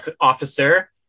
officer